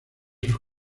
sus